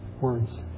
words